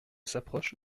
s’approche